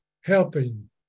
helping